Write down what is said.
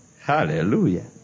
Hallelujah